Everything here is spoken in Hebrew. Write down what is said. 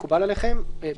מקובל עליכם?